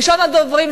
ראשון הדוברים,